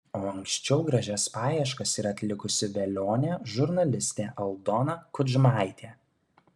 o anksčiau gražias paieškas yra atlikusi velionė žurnalistė aldona kudžmaitė